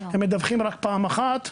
הם מדווחים רק פעם אחת,